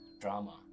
drama